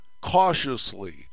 cautiously